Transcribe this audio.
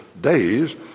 days